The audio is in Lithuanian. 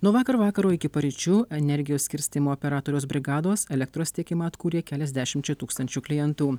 nuo vakar vakaro iki paryčių energijos skirstymo operatoriaus brigados elektros tiekimą atkūrė keliasdešimčia tūkstančių klientų